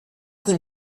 dem